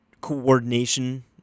coordination